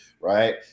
right